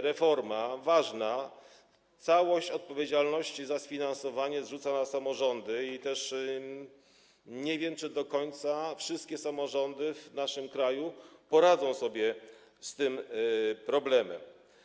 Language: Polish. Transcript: reforma - ważna - całość odpowiedzialności za sfinansowanie zrzuca na samorządy i też nie wiem, czy do końca wszystkie samorządy w naszym kraju poradzą sobie z tym problemem.